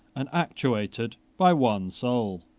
and actuated by one soul.